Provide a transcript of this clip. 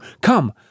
Come